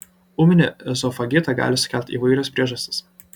ūminį ezofagitą gali sukelti įvairios priežastys